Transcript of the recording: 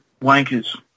wankers